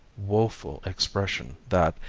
woeful expression that,